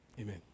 Amen